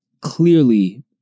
clearly